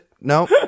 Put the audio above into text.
No